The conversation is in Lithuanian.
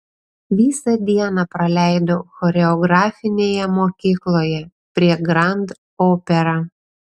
visą dieną praleidau choreografinėje mokykloje prie grand opera